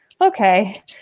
okay